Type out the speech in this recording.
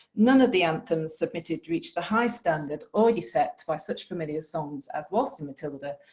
none of the anthems submitted reached a high standard already set by such familiar songs as waltzing matilda,